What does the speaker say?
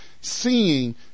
seeing